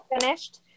finished